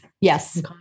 yes